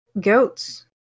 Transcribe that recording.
goats